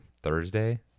Thursday